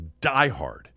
diehard